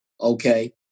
Okay